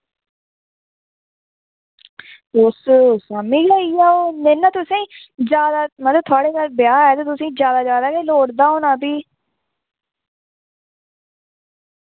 तुस शाम्मी लेई जाओ मैं ना तुसें ज्यादा मतलब थुआढ़े घर ब्याह् ऐ ते तुसें ज्यादा ज्यादा गै लोड़दा होना फ्ही